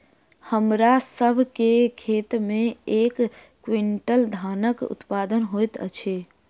हमरा सभ के खेत में एक क्वीन्टल धानक उत्पादन होइत अछि